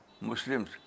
Muslims